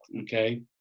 Okay